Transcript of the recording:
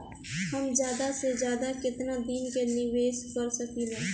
हम ज्यदा से ज्यदा केतना दिन के निवेश कर सकिला?